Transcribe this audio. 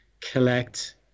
collect